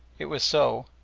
it was so,